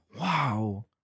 wow